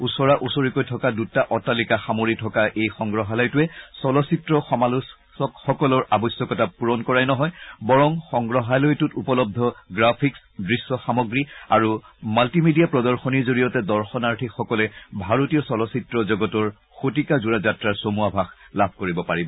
ওচৰা ওচৰিকৈ থকা দুটা অট্টালিকা সামৰি থকা এই সংগ্ৰহালয়টোৱে চলচিত্ৰ সমালোকসকলৰ আৱশ্যকতা পুৰণ কৰাই নহয় বৰং সংগ্ৰহালয়টোত উপলব্ধ গ্ৰাফিকচ দৃশ্য সামগ্ৰী আৰু মালটি মিডিয়া প্ৰদশনীৰ জৰিয়তে দৰ্শনাৰ্থীসকলে ভাৰতীয় চলচিত্ৰ জগতৰ শতিকাজোৰা যাত্ৰাৰ চমূ আভাস লাভ কৰিব পাৰিব